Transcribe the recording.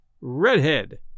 Redhead